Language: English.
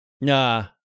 Nah